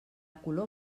color